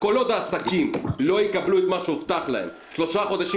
כל עוד העסקים לא יקבלו את מה שהובטח להם שלושה חודשים